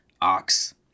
ox